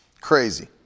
Crazy